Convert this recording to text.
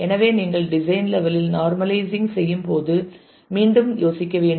எனவே நீங்கள் design level இல் நார்மலைஸிங் செய்யும் போது மீண்டும் யோசிக்க வேண்டும்